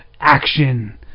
action